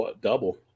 double